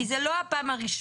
כי זאת לא הפעם הראשונה,